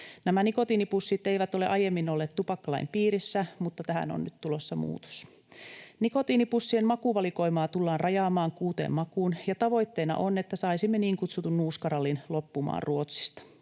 nikotiinipussit eivät ole aiemmin olleet tupakkalain piirissä, mutta tähän on nyt tulossa muutos. Nikotiinipussien makuvalikoimaa tullaan rajaamaan kuuteen makuun, ja tavoitteena on, että saisimme niin kutsutun nuuskarallin loppumaan Ruotsista.